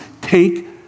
take